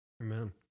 amen